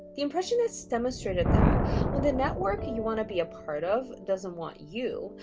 the impressionists demonstrated that when the network and you want to be apart of doesn't want you,